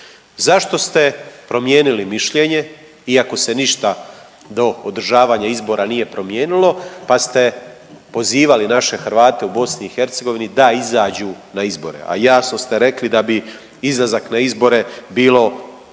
Zašto ste promijenili mišljenje iako se ništa do održavanja izbora nije promijenilo, pa ste pozivali naše Hrvate u BiH da izađu na izbore, a jasno ste rekli da bi izlazak na izbore bilo